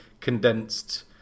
condensed